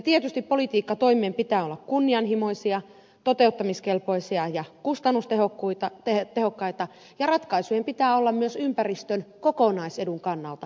tietysti politiikkatoimien pitää olla kunnianhimoisia toteuttamiskelpoisia ja kustannustehokkaita ja ratkaisujen pitää olla myös ympäristön kokonaisedun kannalta hyväksyttäviä